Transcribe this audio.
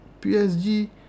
PSG